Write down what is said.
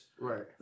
Right